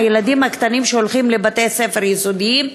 הילדים הקטנים שהולכים לבתי-ספר יסודיים,